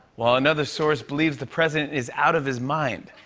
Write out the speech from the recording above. while another source believes the president is out of his mind.